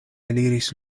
eliris